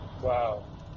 Wow